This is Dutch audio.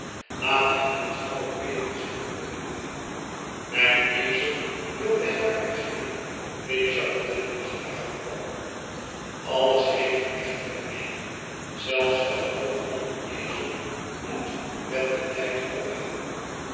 laat hem niet galoppeeren gilde belinda mijn ezel wil de herberg'in riep charlotte die achteraankwam alles heeft echter een einde zelfs de galop van een ezel moet met den tijd ophouden